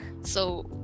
So-